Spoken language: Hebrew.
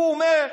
הוא אומר: